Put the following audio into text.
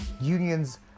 unions